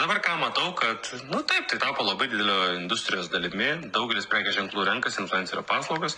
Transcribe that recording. dabar ką matau kad nu taip tai tapo labai didelio industrijos dalimi daugelis prekės ženklų renkasi influencerio paslaugas